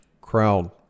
crowd